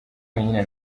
wenyine